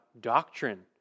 doctrine